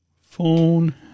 Phone